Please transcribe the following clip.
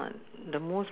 okay